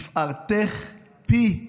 תפארתך פי ימלל.